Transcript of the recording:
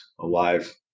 alive